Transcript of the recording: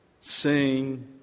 sing